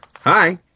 Hi